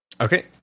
Okay